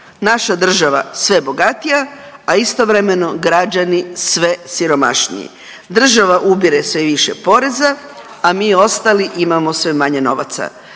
naša država sve bogatija, a istovremeno građani sve siromašniji. Država ubire sve više poreza, a mi ostali imamo sve manje novaca,